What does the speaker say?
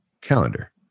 calendar